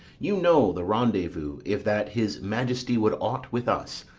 you know the rendezvous. if that his majesty would aught with us,